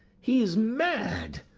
he's mad!